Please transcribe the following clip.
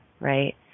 right